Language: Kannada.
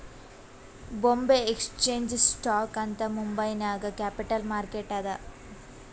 ಬೊಂಬೆ ಎಕ್ಸ್ಚೇಂಜ್ ಸ್ಟಾಕ್ ಅಂತ್ ಮುಂಬೈ ನಾಗ್ ಕ್ಯಾಪಿಟಲ್ ಮಾರ್ಕೆಟ್ ಅದಾ